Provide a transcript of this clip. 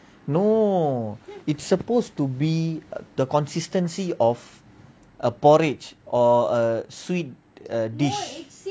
no it's supposed to be the consistency of a porridge or a sweet a dish